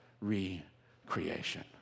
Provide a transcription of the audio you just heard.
re-creation